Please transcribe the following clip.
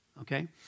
Okay